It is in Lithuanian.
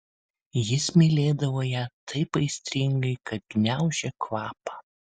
jis mylėdavo ją taip aistringai kad gniaužė kvapą